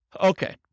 Okay